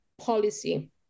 policy